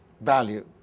value